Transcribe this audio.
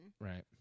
Right